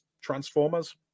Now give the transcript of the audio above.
transformers